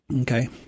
Okay